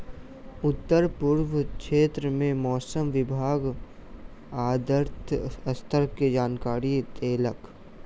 उत्तर पूर्वी क्षेत्र में मौसम विभाग आर्द्रता स्तर के जानकारी देलक